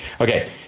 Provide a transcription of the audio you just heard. okay